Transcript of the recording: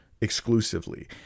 exclusively